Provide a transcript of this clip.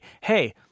Hey